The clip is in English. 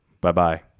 Bye-bye